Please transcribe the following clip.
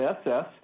SS